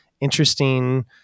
interesting